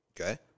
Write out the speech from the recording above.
Okay